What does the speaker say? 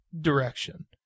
direction